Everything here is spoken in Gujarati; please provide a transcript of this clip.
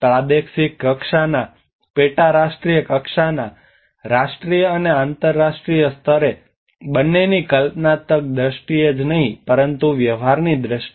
પ્રાદેશિક કક્ષાના પેટા રાષ્ટ્રીય કક્ષાના રાષ્ટ્રીય અને આંતરરાષ્ટ્રીય સ્તરે બંનેની કલ્પનાત્મક દ્રષ્ટિએ જ નહીં પરંતુ વ્યવહારની દ્રષ્ટિએ